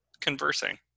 conversing